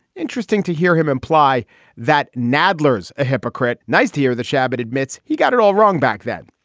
interesting to hear him imply that nadler's a hypocrite. nice to hear that. chabot but admits he got it all wrong back then.